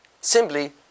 simply